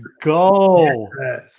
go